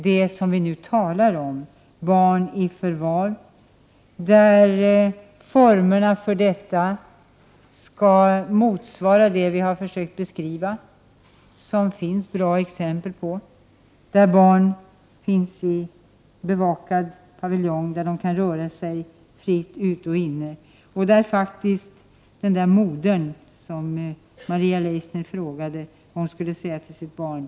Det som vi nu talar om är barn i förvar, och formerna för detta har vi försökt beskriva. Det finns bra exempel — barn i bevakad paviljong, varvid de kan röra sig fritt ute och inne. Maria Leissner talade om en moder och frågade vad hon skulle säga till sitt barn.